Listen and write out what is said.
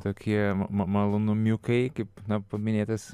tokie ma malonumiukai kaip na paminėjai tas